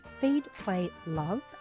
feedplaylove